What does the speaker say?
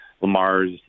Lamar's